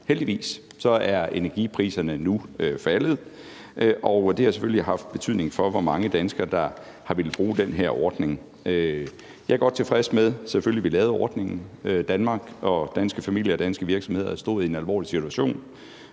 Heldigvis er energipriserne nu faldet, og det har selvfølgelig haft en betydning for, hvor mange danskere der har villet bruge den her ordning. Jeg er selvfølgelig godt tilfreds med, at vi lavede ordningen. Danmark, danske familier og danske virksomheder stod i en alvorlig situation,